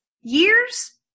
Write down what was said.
years